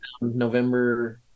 November